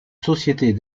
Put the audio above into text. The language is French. sociétés